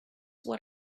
what